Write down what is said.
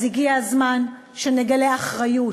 אז הגיע הזמן שנגלה אחריות.